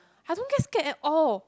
I don't get scared at all